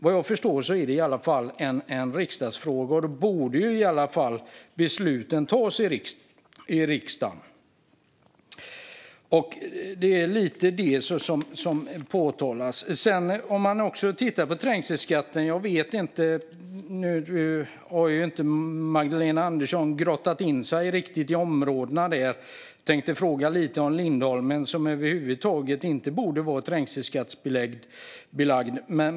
Vad jag förstår är detta en riksdagsfråga, och då borde besluten fattas i riksdagen. Det är vad som har påpekats. I övrigt vad gäller trängselskatten har Magdalena Andersson inte riktigt grottat in sig i områdena runt Göteborg. Jag tänkte fråga om Lindholmen, som över huvud taget inte borde vara belagd med trängselskatt.